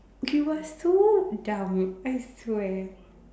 okay you were so dumb I swear